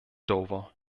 dover